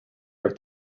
are